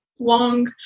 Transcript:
long